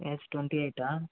age twenty ఎయిటా